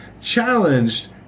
challenged